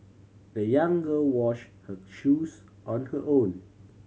the young girl wash her shoes on her own